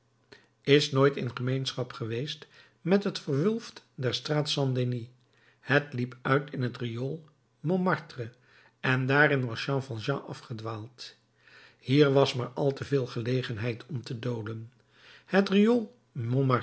is nooit in gemeenschap geweest met het verwulf der straat st denis het liep uit in het riool montmartre en daarin was jean valjean afgedwaald hier was maar al te veel gelegenheid om te dolen het riool